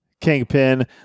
kingpin